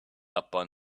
upon